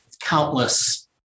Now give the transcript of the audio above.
countless